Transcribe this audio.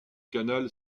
canal